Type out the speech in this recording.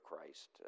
Christ